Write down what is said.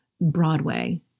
Broadway